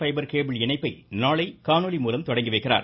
fibre cable இணைப்பை நாளை காணொலி மூலம் தொடங்கி வைக்கிறார்